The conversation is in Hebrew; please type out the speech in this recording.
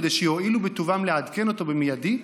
כדי שיואילו בטובם לעדכן אותו מיידית?